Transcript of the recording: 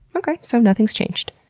okay. so, nothing's changed.